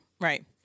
Right